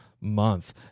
month